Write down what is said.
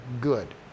good